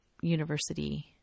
university